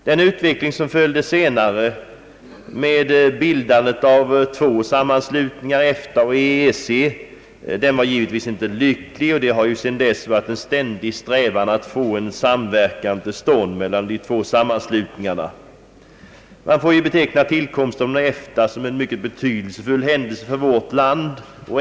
Den utveckling som följde senare, med bildandet av två sammanslutningar, EFTA och EEC, var givetvis inte lycklig, och det har sedan dess varit en ständig strävan att få en samverkan till stånd mellan de två sammanslutningarna. Tillkcmsten av EFTA måste betecknas som en för vårt land mycket betydelsefull händelse.